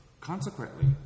Consequently